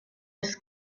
his